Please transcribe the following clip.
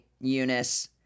Eunice